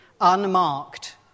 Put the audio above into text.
unmarked